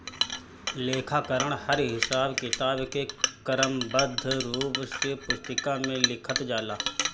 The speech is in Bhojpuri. लेखाकरण हर हिसाब किताब के क्रमबद्ध रूप से पुस्तिका में लिखल जाला